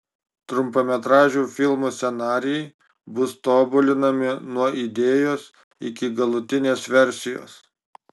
trumpametražių filmų scenarijai bus tobulinami nuo idėjos iki galutinės versijos